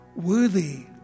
Worthy